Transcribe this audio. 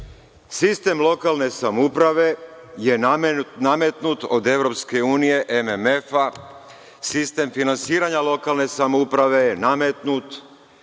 sistem lokalne samouprave je nametnut od EU, MMF, sistem finansiranja lokalne samouprave je nametnut.